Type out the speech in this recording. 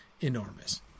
enormous